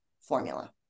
formula